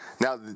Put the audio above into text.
Now